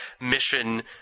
mission